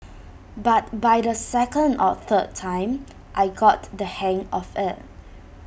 but by the second or third time I got the hang of IT